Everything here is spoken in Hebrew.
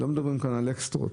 לא מדברים כאן על אקסטרות